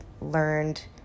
learned